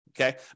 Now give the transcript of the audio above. Okay